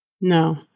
No